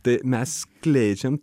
tai mes skleidžiam